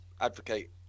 advocate